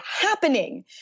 happening